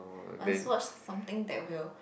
must watch something that will